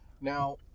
now